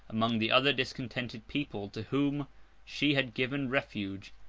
among the other discontented people to whom she had given refuge,